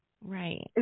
Right